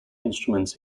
instruments